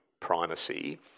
primacy